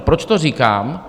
Proč to říkám?